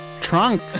trunk